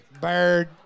Bird